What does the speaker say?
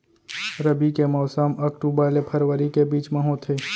रबी के मौसम अक्टूबर ले फरवरी के बीच मा होथे